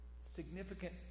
Significant